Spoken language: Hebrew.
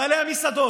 בעלי המסעדות,